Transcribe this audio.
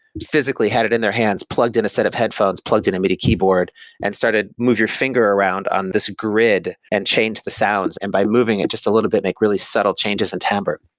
physically had it in their hands plugged in a set of headphones, plugged in a midi keyboard and started move your finger around on this grid and change the sounds. and by moving it just a little bit make really subtle changes in tamper.